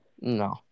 No